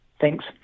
Thanks